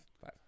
Five